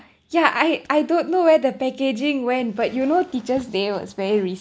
ya I I don't know where the packaging went but you know teacher’s day was very